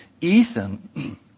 Ethan